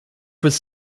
was